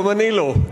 גם אני לא.